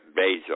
Bezos